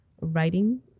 writing